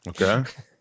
Okay